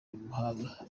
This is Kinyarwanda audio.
umuhanga